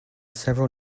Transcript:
several